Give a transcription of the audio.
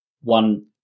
one